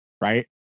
right